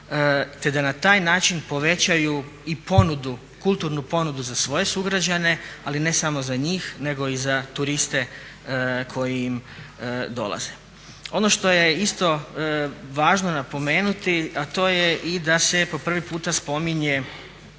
te da na taj način povećaju i ponudu, kulturnu ponudu za svoje sugrađane ali ne samo za njih nego i za turiste koji im dolaze. Ono što je isto važno napomenuti a to je i da se po prvi puta spominje